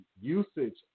usage